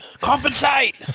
compensate